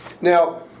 Now